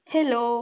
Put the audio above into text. Hello